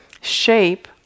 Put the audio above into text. shape